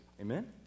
Amen